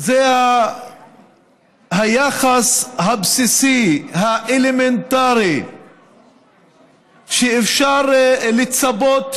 זה היחס הבסיסי, האלמנטרי שאפשר לצפות,